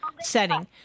setting